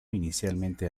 inicialmente